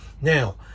now